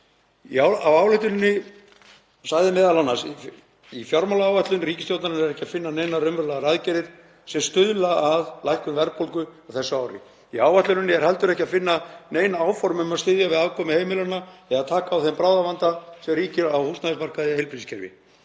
Í ályktuninni sagði m.a.: „Í fjármálaáætlun ríkisstjórnarinnar er ekki að finna neinar raunverulegar aðgerðir sem stuðla að lækkun verðbólgu á þessu ári. Í áætluninni er heldur ekki að finna nein áform um að styðja við afkomu heimilanna eða taka á þeim bráðavanda sem ríkir á húsnæðismarkaði eða í